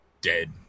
dead